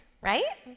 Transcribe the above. right